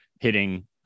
hitting